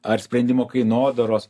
ar sprendimų kainodaros